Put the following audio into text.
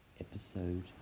episode